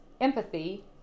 empathy